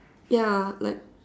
ya like